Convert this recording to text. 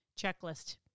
Checklist